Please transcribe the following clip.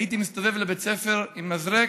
הייתי מסתובב בבית ספר עם מזרק,